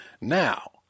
Now